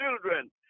children